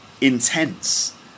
intense